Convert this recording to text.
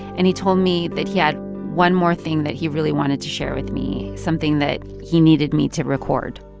and he told me that he had one more thing that he really wanted to share with me, something that he needed me to record